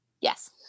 yes